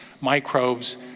microbes